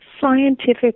scientific